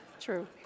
True